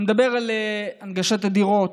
אני מדבר על הנגשת הדירות,